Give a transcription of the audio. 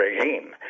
regime